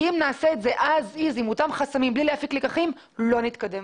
כי אם נעשה את זה עם אותם חסמים בלי להפיק לקחים לא נתקדם.